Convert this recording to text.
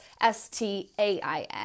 S-T-A-I-N